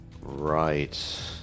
Right